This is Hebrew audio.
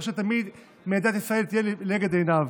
ושתמיד מדינת ישראל תהיה לנגד עיניו.